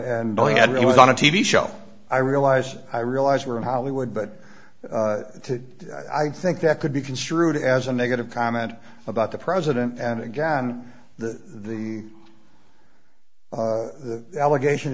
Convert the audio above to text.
had was on a t v show i realize i realize we're in hollywood but i think that could be construed as a negative comment about the president and again the the the allegation